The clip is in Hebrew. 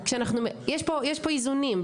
יש פה איזונים.